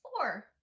Four